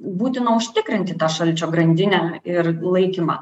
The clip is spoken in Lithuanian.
būtina užtikrinti tą šalčio grandinę ir laikymą